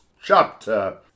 chapter